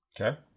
Okay